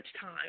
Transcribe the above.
time